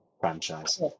franchise